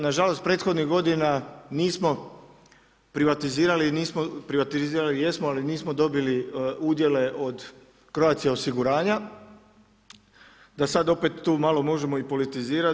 Na žalost prethodnih godina nismo privatizirali, privatizirali jesmo, ali nismo dobili udjele od Croatia osiguranja da sad opet tu malo možemo i politizirati.